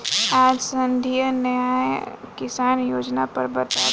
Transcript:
आज संघीय न्याय किसान योजना पर बात भईल ह